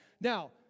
Now